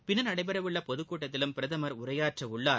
பின்னர் நடைபெற உள்ள பொதுகூட்டத்திலும் பிரதமர் உரையாற்ற உள்ளார்